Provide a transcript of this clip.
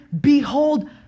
behold